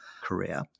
career